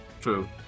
True